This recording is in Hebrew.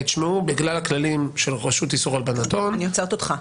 בגלל הכללים של רשות איסור הלבנת הון --- אני עוצרת אותך.